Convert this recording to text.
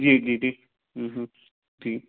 जी जी जी जी